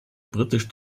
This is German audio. britisch